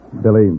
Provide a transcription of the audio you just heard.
Billy